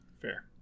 Fair